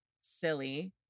Silly